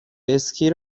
اسکی